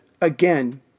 again